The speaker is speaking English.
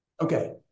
Okay